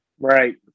Right